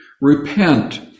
repent